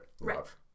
Love